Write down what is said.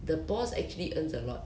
the boss actually earns a lot